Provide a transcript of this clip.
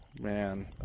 man